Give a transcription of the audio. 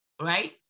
right